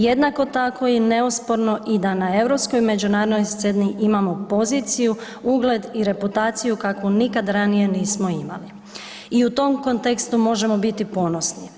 Jednako tako je neosporno i da na europskoj međunarodnoj sceni imamo poziciju, ugled i reputaciju kakvu nikad ranije nismo imali i u tom kontekstu možemo biti ponosni.